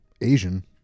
asian